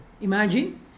imagine